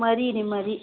ꯃꯔꯤꯅꯦ ꯃꯔꯤ